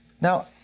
Now